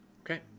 Okay